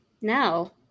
No